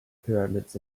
pyramids